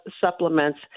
supplements